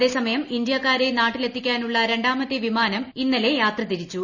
അതേസമയം ഇന്ത്യാക്കാരെ നാട്ടിലെത്തിക്കാനുള്ള രണ്ടാമത്തെ വിമാനം ഇന്നലെ യാത്രതിരിച്ചു